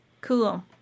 Cool